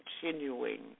continuing